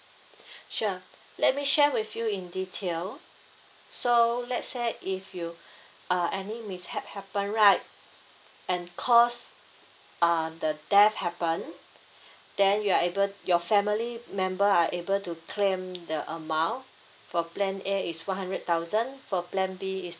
sure let me share with you in detail so let say if you uh any mishap happen right and cause uh the death happen then you are able your family member are able to claim the amount per plan A is one hundred thousand for plan B is